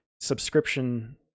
subscription